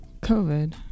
COVID